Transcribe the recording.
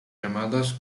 llamadas